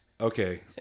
Okay